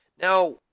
Now